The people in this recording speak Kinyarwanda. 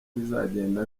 bizagenda